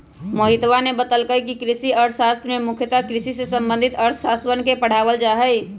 मोहितवा ने बतल कई कि कृषि अर्थशास्त्र में मुख्यतः कृषि से संबंधित अर्थशास्त्रवन के पढ़ावल जाहई